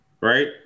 right